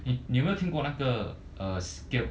你有没有听过那个 uh scaled